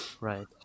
right